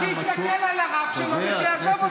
תגיד לו שיסתכל על הרב שלו ושיעזוב אותי.